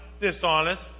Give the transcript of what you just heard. dishonest